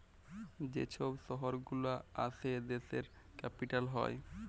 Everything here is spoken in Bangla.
যে ছব শহর গুলা আসে দ্যাশের ক্যাপিটাল হ্যয়